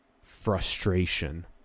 frustration